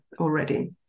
already